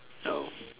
oh